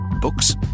Books